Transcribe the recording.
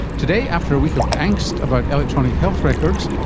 today after a week of angst about electronic health records,